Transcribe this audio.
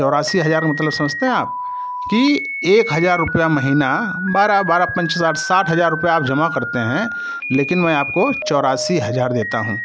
चौरासी हज़ार मतलब समझते हैं आप कि एक हजार रुपया महीना बारह बारह पाँच साठ साठ हज़ार रुपया आप जमा करते हैं लेकिन मैं आपको चौरासी हज़ार देता हूँ